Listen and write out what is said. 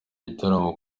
igitaramo